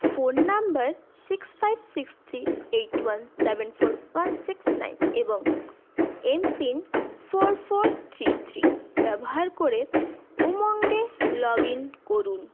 phone number six five six three eight one seven four one six nine এবং mPIN four four three three ব্যবহার করে উমঙ্গে log in করুন